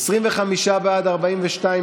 סליחה, שכחתי שאני